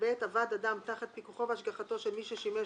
"(ב)עבד אדם תחת פיקוחו והשגחתו של מי ששימש